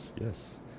yes